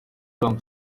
wrong